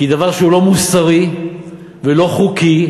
כי דבר שהוא לא מוסרי ולא חוקי,